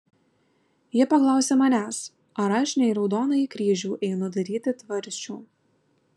ji paklausė manęs ar aš ne į raudonąjį kryžių einu daryti tvarsčių